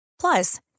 Plus